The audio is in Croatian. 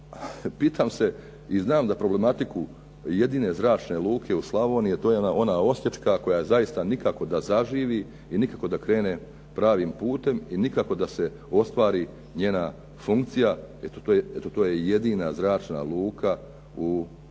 pitam se i znam za problematiku jedine zračne luke u Slavoniji a to je ona Osječka koja zaista nikako da zaživi i nikako da krene pravim putem i nikako da se ostvari njena funkcija, eto to je jedina zračna luka u Slavoniji